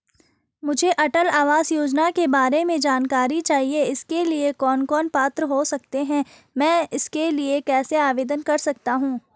मुझे अटल आवास योजना के बारे में जानकारी चाहिए इसके लिए कौन कौन पात्र हो सकते हैं मैं इसके लिए कैसे आवेदन कर सकता हूँ?